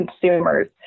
consumers